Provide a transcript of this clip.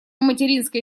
материнской